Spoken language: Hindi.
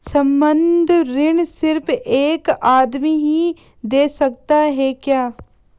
संबंद्ध ऋण सिर्फ एक आदमी ही दे सकता है क्या?